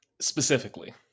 Specifically